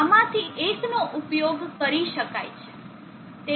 આમાંથી એકનો ઉપયોગ કરી શકાય છે